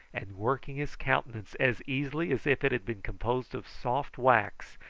and working his countenance as easily as if it had been composed of soft wax,